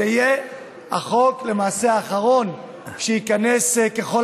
זה למעשה יהיה החוק האחרון שייכנס ככל